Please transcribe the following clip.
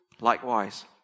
likewise